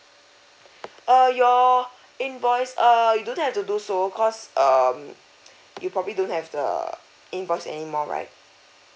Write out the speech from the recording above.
uh your invoice uh you don't have to do so cause um you probably don't have the invoice anymore right